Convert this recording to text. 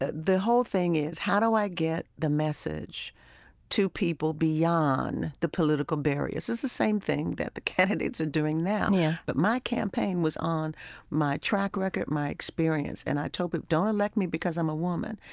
the the whole thing is how do i get the message to people beyond the political barriers. it's the same thing that the candidates are doing now yeah but my campaign was on my track record, my experience. and i told people, but don't elect me, because i'm a woman.